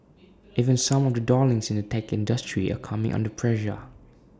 even some of the darlings in the tech industry are coming under pressure